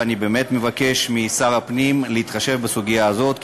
ואני באמת מבקש משר הפנים להתחשב בסוגיה הזאת,